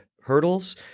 Hurdles